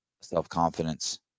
self-confidence